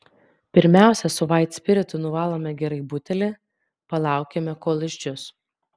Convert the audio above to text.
pirmiausia su vaitspiritu nuvalome gerai butelį palaukiame kol išdžius